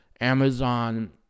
Amazon